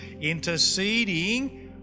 interceding